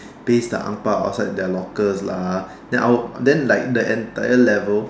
paste their angbao outside their lockers lah then our then like the entire level